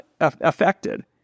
affected